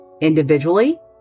individually